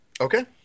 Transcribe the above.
Okay